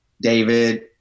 David